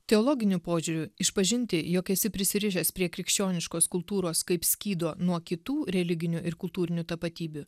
teologiniu požiūriu išpažinti jog esi prisirišęs prie krikščioniškos kultūros kaip skydo nuo kitų religinių ir kultūrinių tapatybių